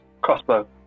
crossbow